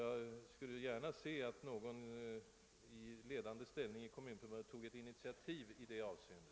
Jag skulle därför gärna se att någon person i ledande ställning inom Kommunförbundet tog ett ordentligt initiativ i detta avseende.